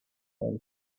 man